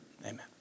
Amen